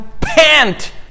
pant